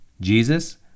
Jesus